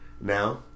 Now